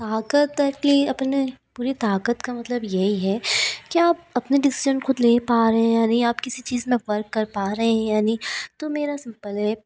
ताकत एट ली अपने पूरे ताकत का मतलब यही है कि आप अपने डिसीजन ख़ुद ले पा रहे हैं या नहीं आप किसी चीज़ में फर्क कर पा रहे हैं या नहीं तो मेरा सिंपल है